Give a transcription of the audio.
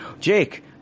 Jake